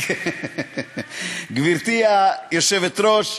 גברתי היושבת-ראש,